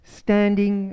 standing